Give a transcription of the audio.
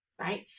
Right